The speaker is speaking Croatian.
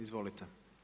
Izvolite.